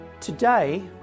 Today